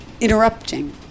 interrupting